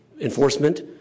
enforcement